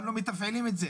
אבל לא מתפעלים את זה.